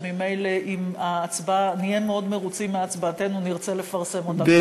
שממילא אם נהיה מאוד מרוצים מהצבעתנו נרצה לפרסם אותה,